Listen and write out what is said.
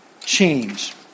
change